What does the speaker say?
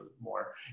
more